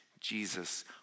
Jesus